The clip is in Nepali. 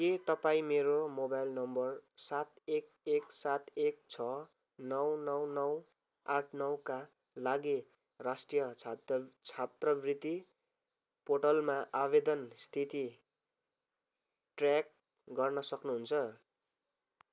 के तपाईँँ मेरो मोबाइल नम्बर सात एक एक सात एक छ नौ नौ नौ आठ नौ का लागि राष्ट्रिय छात्र छात्रवृत्ति पोर्टलमा आवेदन स्थिति ट्र्याक गर्न सक्नुहुन्छ